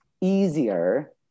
easier